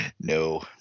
no